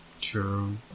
true